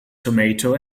tomato